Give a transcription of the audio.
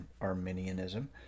Arminianism